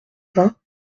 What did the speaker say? vingts